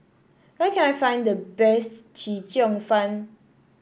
where can I find the best Chee Cheong Fun